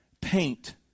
paint